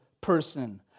person